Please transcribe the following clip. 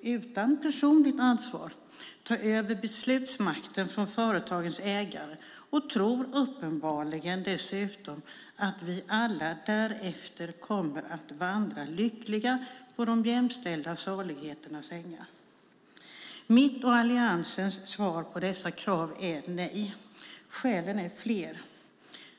utan personligt ansvar, ta över beslutsmakten från företagens ägare och tror uppenbarligen dessutom att vi alla därefter kommer att vandra lyckliga på den jämställda salighetens ängar. Mitt och Alliansens svar på dessa krav är nej. Skälen är flera.